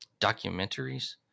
documentaries